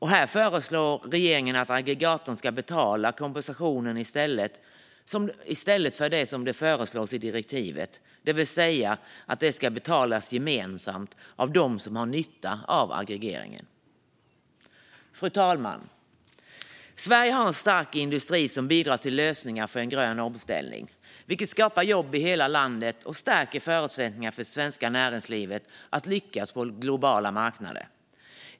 Här föreslår regeringen att aggregatorn ska betala kompensationen, i stället för det som föreslås i direktivet, det vill säga att det ska betalas gemensamt av dem som har nytta av aggregeringen. Fru talman! Sverige har en stark industri som bidrar till lösningar för en grön omställning, vilket skapar jobb i hela landet och stärker förutsättningarna för det svenska näringslivet att lyckas på globala marknader.